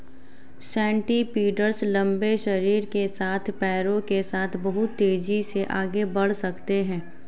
centipedes लंबे शरीर के साथ पैरों के साथ बहुत तेज़ी से आगे बढ़ सकते हैं